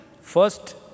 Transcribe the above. First